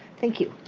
thank you.